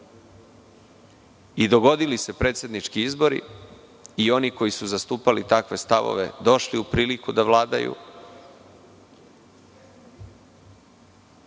su se predsednički izbori i oni koji su zastupali takve stavove došli su u priliku da vladaju.